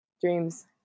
dreams